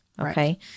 okay